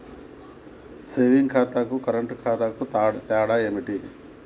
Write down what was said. Saving ఖాతాకు current ఖాతాకు తేడా ఏంటిది?